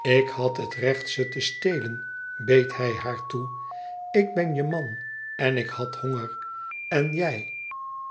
ik had het recht ze te stelen beet hij haar toe ik ben je man en ik had honger en jij